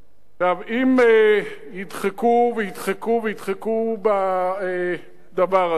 עכשיו, אם ידחקו וידחקו וידחקו בדבר הזה,